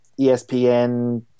ESPN